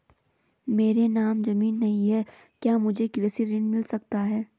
मेरे नाम ज़मीन नहीं है क्या मुझे कृषि ऋण मिल सकता है?